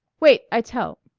wait. i tell.